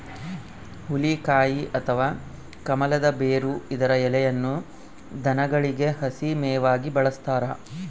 ಹುಲಿಕಾಯಿ ಅಥವಾ ಕಮಲದ ಬೇರು ಇದರ ಎಲೆಯನ್ನು ದನಗಳಿಗೆ ಹಸಿ ಮೇವಾಗಿ ಬಳಸ್ತಾರ